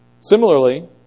Similarly